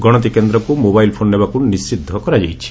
ଗଣତି କେନ୍ଦ୍ରକୁ mobile phone ନେବାକୁ ନିଷିଦ୍ଧ କରାଯାଇଛି